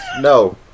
No